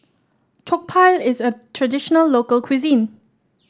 jokbal is a traditional local cuisine